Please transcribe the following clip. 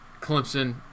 Clemson